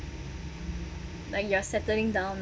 like you are settling down